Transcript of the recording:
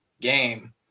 game